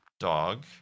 dog